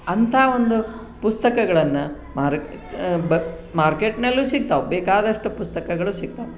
ಅಂತಹ ಒಂದು ಪುಸ್ತಕಗಳನ್ನು ಮಾರ ಬ ಮಾರ್ಕೆಟ್ನಲ್ಲು ಸಿಗ್ತಾವೆ ಬೇಕಾದಷ್ಟು ಪುಸ್ತಕಗಳು ಸಿಗ್ತಾವೆ